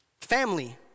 Family